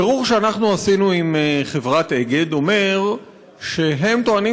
מבירור שעשינו עם חברת אגד עולה שהם טוענים